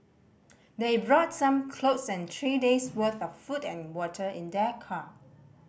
they brought some clothes and three days' worth of food and water in their car